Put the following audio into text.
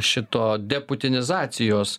šito deputinizacijos